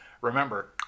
Remember